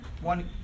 One